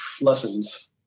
lessons